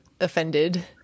offended